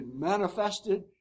manifested